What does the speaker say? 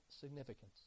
significance